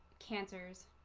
cancers